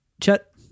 Chut